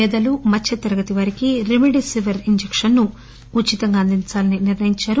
పేదలు మధ్యతరగతి వారికి రెమెడీస్ రివర్ ఇంజెక్షన్ ను ఉచితంగా అందించాలని నిర్ణయించారు